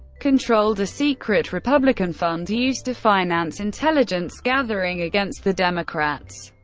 controlled a secret republican fund used to finance intelligence-gathering against the democrats.